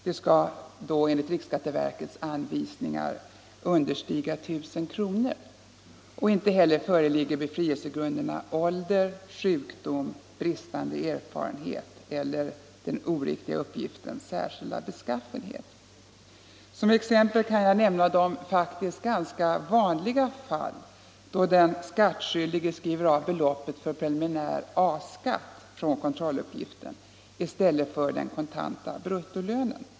Det skall då enligt riksskatteverkets anvisningar understiga 1 000 kr. Inte heller föreligger befrielsegrunderna ålder, sjukdom, bristande erfarenhet eller den oriktiga uppgiftens särskilda beskaffenhet. Som exempel kan jag nämna de faktiskt ganska vanliga fall då den skattskyldige skriver av beloppet för preliminär A-skatt från kontrolluppgiften i stället för den kontanta bruttolönen.